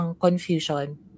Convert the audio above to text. confusion